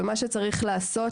מה שצריך לעשות,